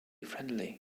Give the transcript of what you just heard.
friendly